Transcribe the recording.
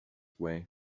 way